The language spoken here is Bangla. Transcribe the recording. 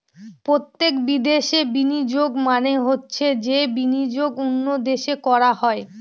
প্রত্যক্ষ বিদেশে বিনিয়োগ মানে হচ্ছে যে বিনিয়োগ অন্য দেশে করা হয়